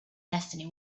destiny